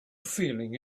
feeling